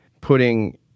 putting